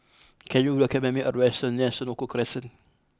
can you recommend me a restaurant near Senoko Crescent